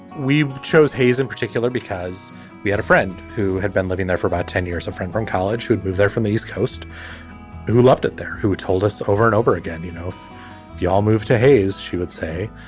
we chose hayes in particular because we had a friend who had been living there for about ten years. a friend from college would move there from the east coast who loved it there. who told us over and over again. you know we all moved to hayes. she would say